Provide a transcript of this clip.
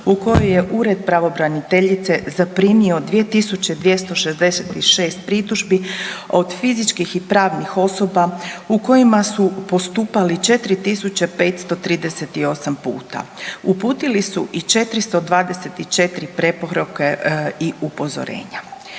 u kojoj je ured pravobraniteljice zaprimio 2266 pritužbi od fizičkih i pravnih osoba u kojima su postupali 4538 puta. Uputili su i 424 preporuke i upozorenja.